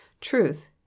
truth